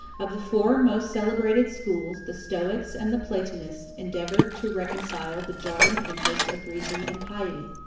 of the four most celebrated schools, the stoics and the platonists endeavored to reconcile the jaring interests of reason and piety.